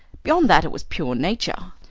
beyond that it was pure nature.